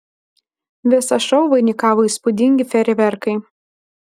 visą šou vainikavo įspūdingi fejerverkai